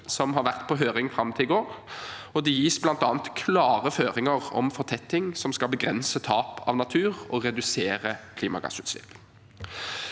som har vært på høring fram til i går. Det gis bl.a. klare føringer om fortetting, noe som skal begrense tap av natur og redusere klimagassutslipp.